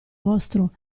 vostro